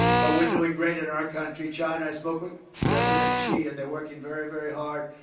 but we're doing great in our country. china, i spoke with president xi and they're working very, very hard.